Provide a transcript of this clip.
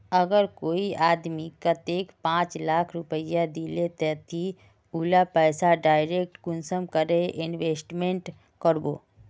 अगर कोई आदमी कतेक पाँच लाख रुपया दिले ते ती उला पैसा डायरक कुंसम करे इन्वेस्टमेंट करबो?